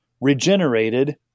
regenerated